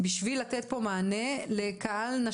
זרוע העבודה מפעילה את מנהלת המעסיקים,